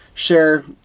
share